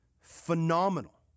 phenomenal